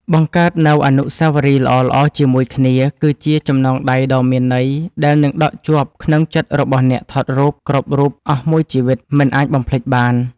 បង្កើតនូវអនុស្សាវរីយ៍ល្អៗជាមួយគ្នាគឺជាចំណងដៃដ៏មានន័យដែលនឹងដក់ជាប់ក្នុងចិត្តរបស់អ្នកថតរូបគ្រប់រូបអស់មួយជីវិតមិនអាចបំភ្លេចបាន។